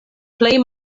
plej